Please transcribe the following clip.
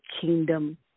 kingdom